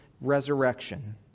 resurrection